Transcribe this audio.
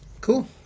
Cool